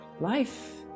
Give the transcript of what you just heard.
Life